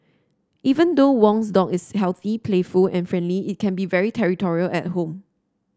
even though Wong's dog is healthy playful and friendly it can be very territorial at home